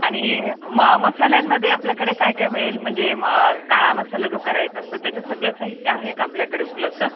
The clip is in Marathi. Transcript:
आणि म मसाल्यांमध्ये आपल्याकडे काय काय मिळेल म्हणजे म काळा मसाला जो करायचा असतो त्याचं सगळं साहित्य आहे का आपल्याकडे उपलब्ध